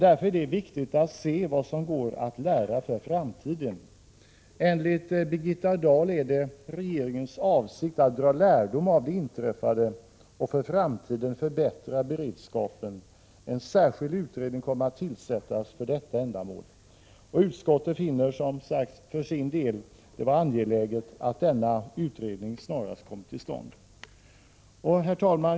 Därför är det viktigt att se vad som går att lära för framtiden. Enligt Birgitta Dahl är det regeringens avsikt att dra lärdom av det inträffade och för framtiden förbättra beredskapen. En särskild utred | ning kommer att tillsättas för detta ändamål. Utskottet finner det som sagt | för sin del angeläget att denna utredning snarast kommer till stånd. Herr talman!